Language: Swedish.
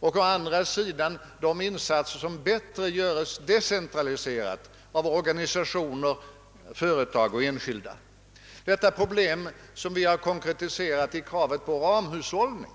och å andra sidan de insatser som bättre görs decentraliserat, av organisationer, företag och enskilda, detta problem som vi har konkretiserat i kravet på ramhushållning?